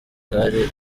gare